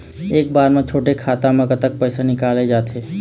एक बार म छोटे खाता म कतक पैसा निकल जाथे?